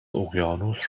اقیانوس